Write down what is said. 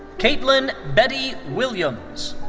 kaitlin betty willams.